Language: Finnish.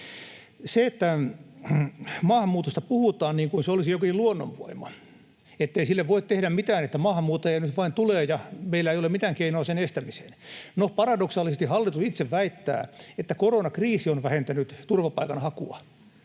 asioita. Maahanmuutosta puhutaan niin kuin se olisi jokin luonnonvoima: ettei sille voi tehdä mitään, että maahanmuuttajia nyt vain tulee ja meillä ei ole mitään keinoa sen estämiseen. No, paradoksaalisesti hallitus itse väittää, että koronakriisi on vähentänyt turvapaikanhakua,